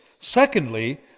Secondly